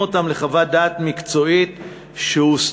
אותם לחוות דעת מקצועית ש"הוסתרה",